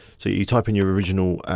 so you type in your original,